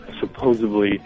Supposedly